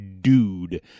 dude